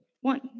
One